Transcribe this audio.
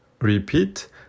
repeat